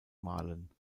malen